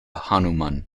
hanuman